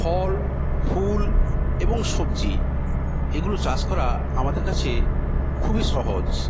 ফল ফুল এবং সবজি এগুলো চাষ করা আমাদের কাছে খুবই সহজ